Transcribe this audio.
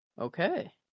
Okay